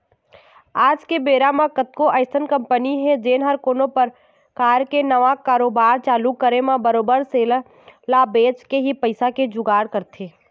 आज के बेरा म कतको अइसन कंपनी हे जेन ह कोनो परकार के नवा कारोबार चालू करे म बरोबर सेयर ल बेंच के ही पइसा के जुगाड़ करथे